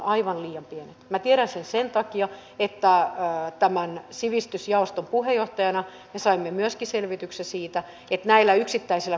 ei saa syntyä vaikutelmaa että lakeja suomessa valmistellaan suppeasti valittujen eturyhmien kanssa ilman julkista ja avointa keskustelua